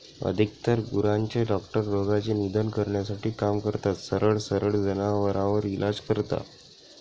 अधिकतर गुरांचे डॉक्टर रोगाचे निदान करण्यासाठी काम करतात, सरळ सरळ जनावरांवर इलाज करता